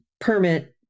permit